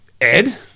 Ed